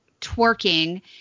twerking